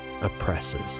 oppresses